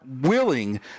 willing